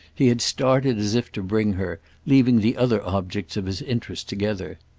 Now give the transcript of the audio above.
he had started as if to bring her, leaving the other objects of his interest together.